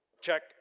check